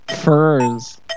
Furs